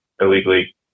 illegally